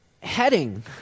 heading